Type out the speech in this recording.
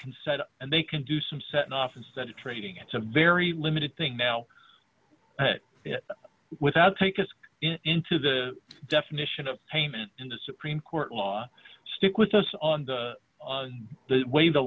can set up and they can do some setting off instead of trading it's a very limited thing now without take us into the definition of payment in the supreme court law stick with us on the way the